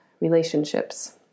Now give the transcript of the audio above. relationships